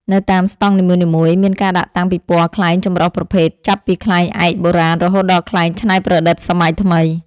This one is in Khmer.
នៅតាមស្ដង់នីមួយៗ មានការដាក់តាំងពិព័រណ៍ខ្លែងចម្រុះប្រភេទ ចាប់ពីខ្លែងឯកបុរាណ រហូតដល់ខ្លែងច្នៃប្រឌិតសម័យថ្មី។